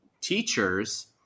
teachers